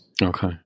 Okay